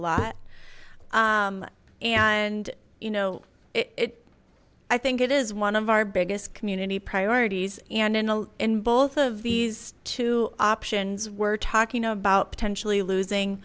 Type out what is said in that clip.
lot and you know it i think it is one of our biggest community priorities and in a lot in both of these two options we're talking about potentially losing